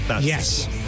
Yes